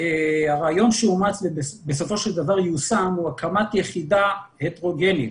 הרעיון שאומץ ובסופו של דבר יושם הוא הקמת יחידה הטרוגנית,